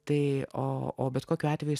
tai o bet kokiu atveju